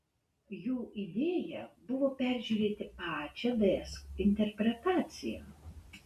jų idėja buvo peržiūrėti pačią ds interpretaciją